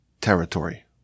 territory